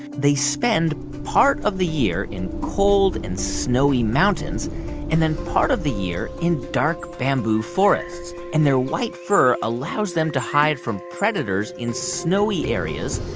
they spend part of the year in cold and snowy mountains and then part of the year in dark bamboo forests. and their white fur allows them to hide from predators in snowy areas.